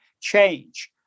change